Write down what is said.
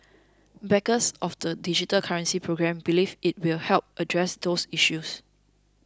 backers of the digital currency programme believe it will help address those issues